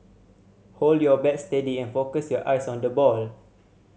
hold your bat steady and focus your eyes on the ball